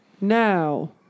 Now